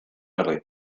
early